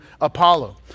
Apollo